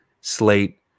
slate